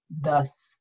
thus